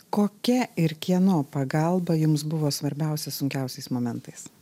kokia ir kieno pagalba jums buvo svarbiausia sunkiausiais momentais